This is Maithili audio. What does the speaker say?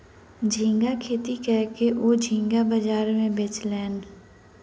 झींगा खेती कय के ओ झींगा बाजार में बेचलैन